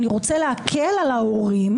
אני רוצה להקל על ההורים,